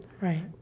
right